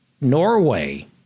Norway